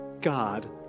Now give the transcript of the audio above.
God